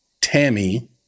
Tammy